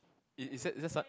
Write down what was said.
is is that is that some